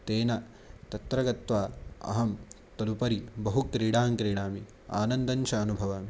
तेन तत्र गत्वा अहं तदुपरि बहु क्रीडां क्रीडामि आनन्दम् अनुभवामि